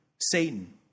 Satan